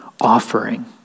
offering